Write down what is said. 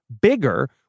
bigger